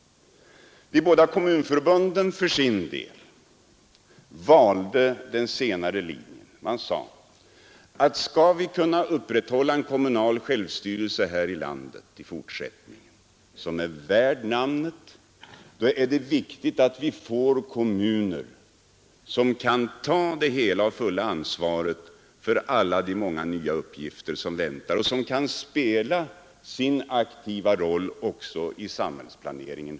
De båda kommunförbunden valde för sin del den senare linjen. Man sade att skall vi här i landet i fortsättningen kunna upprätthålla en kommunal självstyrelse som är värd namnet, då är det viktigt att vi får kommuner som kan ta det hela och fulla ansvaret för alla de många nya uppgifter som väntar, som kan spela sin aktiva roll också i samhällsplaneringen.